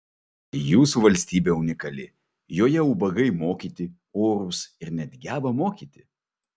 jūsų valstybė unikali joje ubagai mokyti orūs ir net geba mokyti